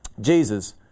Jesus